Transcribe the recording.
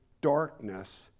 darkness